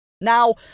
Now